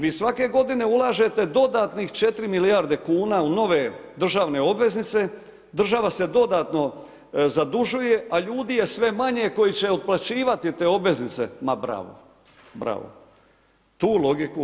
Vi svake godine ulažete dodatnih 4 milijarde kuna u nove državne obveznice, država se dodatno zadužuje a ljudi je sve manje koji će otplaćivati te obveznice, ma bravo, bravo.